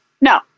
No